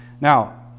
Now